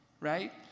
right